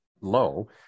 low